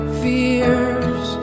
fears